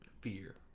Fear